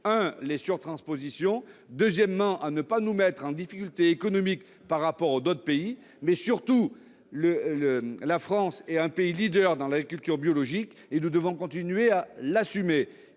: à la surtransposition et au fait de nous mettre en difficulté économique par rapport à d'autres pays. La France est un pays leader dans l'agriculture biologique, nous devons continuer à l'assumer.